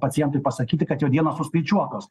pacientui pasakyti kad jo dienos suskaičiuotos